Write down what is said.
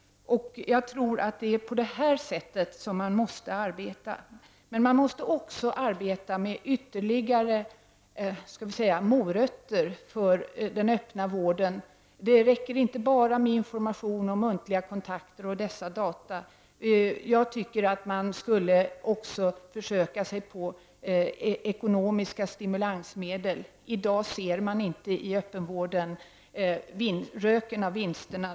Jag tror att det är på detta sätt som man måste arbeta. Men man måste också arbeta med ytterligare morötter för den öppna vården. Det räcker inte bara med information och muntliga kontakter och dessa data. Jag tycker att man också borde försöka sig på ekonomiska stimulansmedel. I dag ser man i öppenvården inte röken av vinsterna.